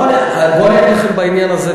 בוא אני אגיד לכם בעניין הזה.